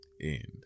end